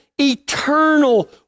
eternal